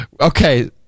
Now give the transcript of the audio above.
Okay